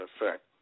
effect